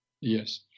yes